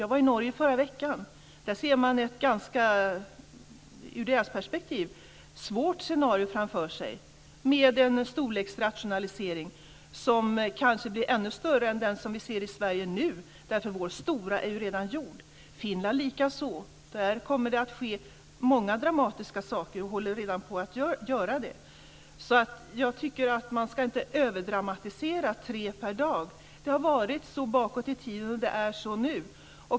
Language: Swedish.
Jag var i Norge förra veckan. Där ser man ett ur deras perspektiv ganska svårt scenario framför sig med en storleksrationalisering som kanske blir ännu större än den som vi nu ser i Sverige. Vår stora är ju redan gjord. Det här gäller likaså Finland. Där kommer det att ske många dramatiska saker - det håller redan på. Jag tycker inte att man ska överdramatisera att det är tre per dag. Det har varit så bakåt i tiden, och det är så nu.